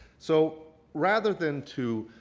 so rather than to